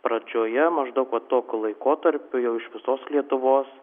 pradžioje maždaug va tokiu laikotarpiu jau iš visos lietuvos